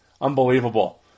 Unbelievable